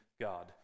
God